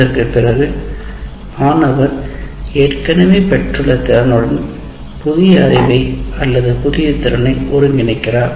இதற்குப் பிறகு மாணவர் ஏற்கனவே பெற்றுள்ள திறனுடன் புதிய அறிவை அல்லது புதிய திறனை ஒருங்கிணைக்கிறார்